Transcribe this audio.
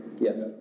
Yes